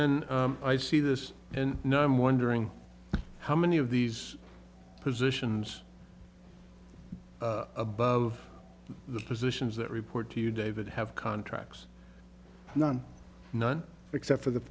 then i see this and now i'm wondering how many of these positions above the positions that report to you david have contracts none none except for the